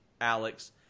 Alex